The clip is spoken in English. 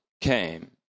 came